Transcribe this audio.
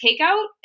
takeout